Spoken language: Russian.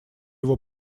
его